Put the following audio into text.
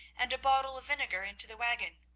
and a bottle of vinegar into the waggon.